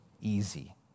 easy